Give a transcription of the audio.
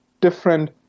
different